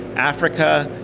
africa,